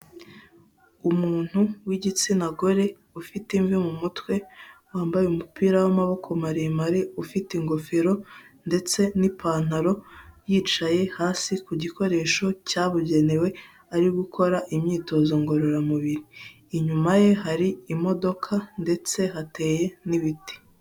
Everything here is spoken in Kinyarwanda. Umuntu w’igitsina gore ufite imvi mu mutwe, wambaye umupira wamaboko maremare, ufite ingofero ndetse ni ipantaro. Yicaye hasi ku gikoresho cyabugenewe ari gukora imyitozo ngororamubiri. Inyuma ye hari imodoka ndetse hateye n’ibiti.